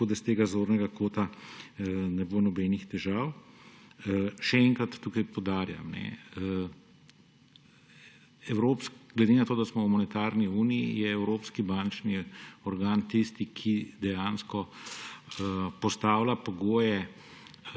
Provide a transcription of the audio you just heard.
tako da s tega zornega kota ne bo nobenih težav. Še enkrat tukaj poudarjam, glede na to, da smo v monetarni uniji, je evropski bančni organ tisti, ki dejansko postavlja pogoje,